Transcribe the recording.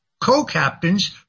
co-captains